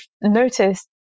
noticed